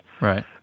Right